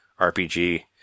RPG